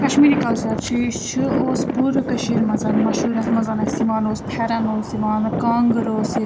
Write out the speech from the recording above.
Kashmiri culture چھُ یہِ چھُ اوٗس پوٗرٕ کٔشیٖر مَنٛز مَشہوٗر یَتھ منٛز اسہِ یِوان اوٗس پھیٚرَن اوٗس یِوان کانٛگٕر ٲس یہِ